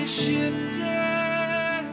shifted